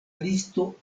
listo